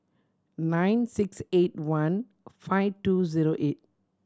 nine six eight one five two zero eight